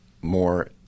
more